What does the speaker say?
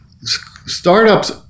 startups